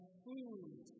food